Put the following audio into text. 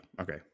Okay